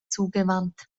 zugewandt